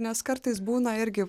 nes kartais būna irgi